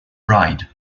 ride